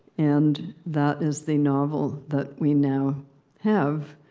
and that is the novel that we now have,